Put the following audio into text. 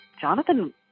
Jonathan